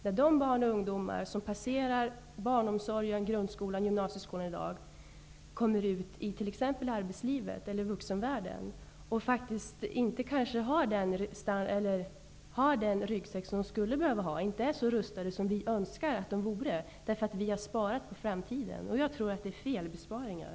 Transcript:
När de barn och ungdomar som passerar barnomsorgen, grundskolan och gymnasieskolan i dag kommer ut i arbetslivet och vuxenvärlden, kommer de kanske inte att ha den ryggsäck de skulle behöva, dvs. är så rustade som vi önskar eftersom vi har sparat på framtiden. Jag tror att det är fel att göra sådana besparingar.